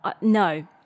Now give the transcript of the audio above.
no